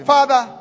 Father